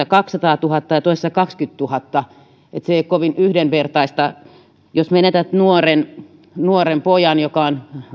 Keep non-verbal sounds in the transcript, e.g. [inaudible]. [unintelligible] kaksisataatuhatta ja toisessa kaksikymmentätuhatta se ei ole kovin yhdenvertaista jos menetät nuoren nuoren pojan joka on